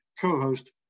co-host